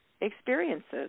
experiences